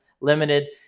Limited